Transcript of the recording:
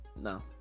No